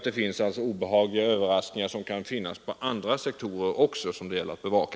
Det kan även på andra sektorer komma obehagliga överraskningar som det gäller att bevaka.